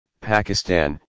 Pakistan